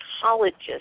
psychologist